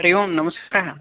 हरि ओं नमस्ते